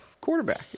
quarterback